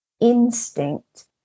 instinct